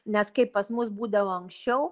nes kaip pas mus būdavo anksčiau